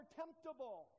temptable